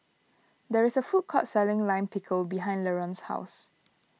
there is a food court selling Lime Pickle behind Laron's house